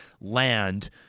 land